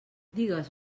digues